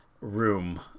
room